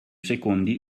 secondi